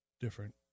different